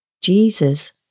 Jesus